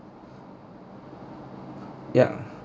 yup